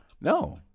No